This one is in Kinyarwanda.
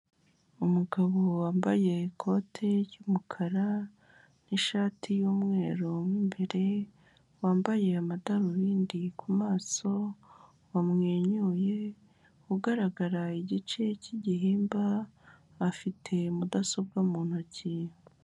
Umugabo wambaye ikote ry'umukara n'ishati y'umweru mo imbere, wambaye amadarubindi ku maso, yamwenyuye ugaragara igice cy'igihimbam, afite mudasobwa mu ntoki.